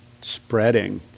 spreading